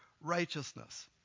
righteousness